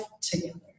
together